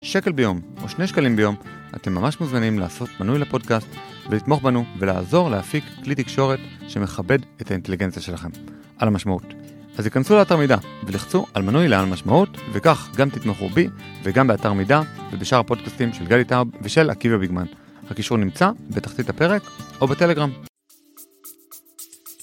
שקל ביום או שני שקלים ביום אתם ממש מוזמנים לעשות מנוי לפודקאסט ולתמוך בנו ולעזור להפיק כלי תקשורת שמכבד את האינטליגנציה שלכם. על המשמעות. אז הכנסו לאתר מידע ולחצו על מנוי לעל משמעות וכך גם תתמכו בי וגם באתר מידע ובשאר הפודקאסטים של גלי טארב ושל עקיבא ביגמן. הקישור נמצא בתחתית הפרק או בטלגרם.